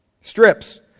strips